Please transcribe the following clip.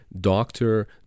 doctor